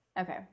Okay